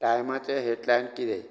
टाइमाचें headline किदें